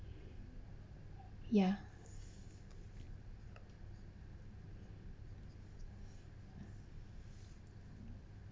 ya